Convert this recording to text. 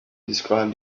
described